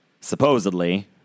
supposedly